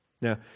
Now